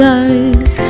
eyes